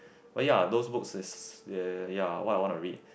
but ya those books is ya what I want to read